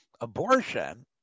abortion